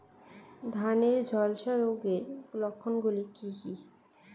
ধানের ঝলসা রোগের লক্ষণগুলি কি কি?